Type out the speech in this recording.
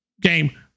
game